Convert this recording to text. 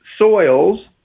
soils